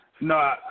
No